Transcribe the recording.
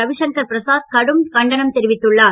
ரவி சங்கர் பிரசாத் கடும் கண்டனம் தெரிவித்துள்ளார்